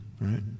right